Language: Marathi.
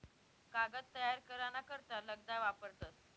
कागद तयार करा ना करता लगदा वापरतस